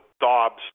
Dobbs